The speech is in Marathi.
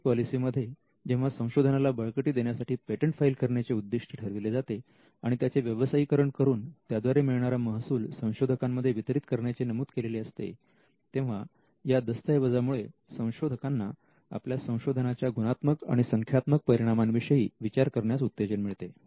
आय पी पॉलिसीमध्ये जेव्हा संशोधनाला बळकटी देण्यासाठी पेटंट फाईल करण्याचे उद्दिष्ट ठरविले जाते आणि त्याचे व्यवसायीकरण करून त्याद्वारे मिळणारा महसूल संशोधकांमध्ये वितरित करण्याचे नमूद केलेले असते तेव्हा या दस्तऐवजा मुळे संशोधकांना आपल्या संशोधना च्या गुणात्मक आणि संख्यात्मक परिणामांविषयी विचार करण्यास उत्तेजन मिळते